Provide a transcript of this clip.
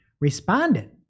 responded